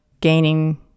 gaining